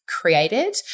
created